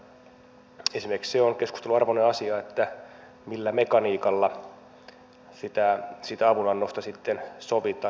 esimerkiksi se on keskustelun arvoinen asia millä mekaniikalla siitä avunannosta sitten sovitaan